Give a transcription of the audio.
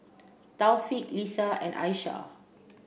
Taufik Lisa and Aishah